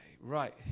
Right